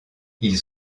ils